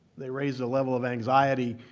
they raise a level of anxiety,